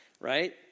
right